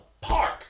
park